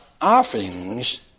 offerings